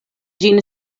ĝin